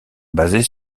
basés